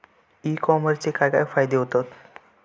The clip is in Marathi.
ई कॉमर्सचे काय काय फायदे होतत?